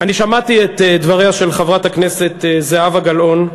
אני שמעתי את דבריה של חברת הכנסת זהבה גלאון.